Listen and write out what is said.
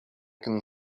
can